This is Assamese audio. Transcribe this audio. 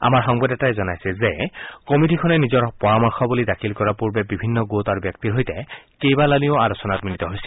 আমাৰ সংবাদদাতাই জনাইছে যে কমিটীখনে নিজৰ পৰামৰ্শাৱলী দাখিল কৰাৰ পূৰ্বে বিভিন্ন গোট আৰু ব্যক্তিৰ সৈতে কেইবালানিও আলোচনাত মিলিত হৈছিল